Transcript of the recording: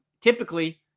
Typically